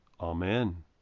Amen